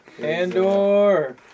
Andor